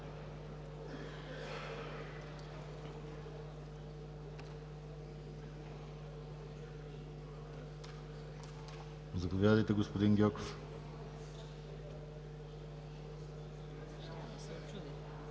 Заповядайте, господин Гьоков.